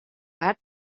part